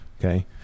Okay